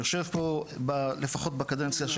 יושב פה, לפחות בקדנציה,